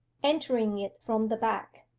entering it from the back.